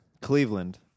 Cleveland